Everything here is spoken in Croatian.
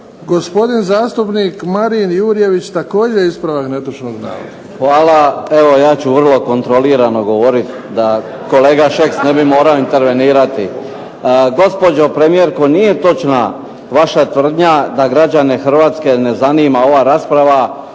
Gospodin zastupnik Marin Jurjević, također ispravak netočnog navoda. **Jurjević, Marin (SDP)** Hvala. Evo ja ću vrlo kontrolirano govoriti da kolega Šeks ne bi morao intervenirati. Gospođo premijerko, nije točna vaša tvrdnja da građane Hrvatske ne zanima ova rasprava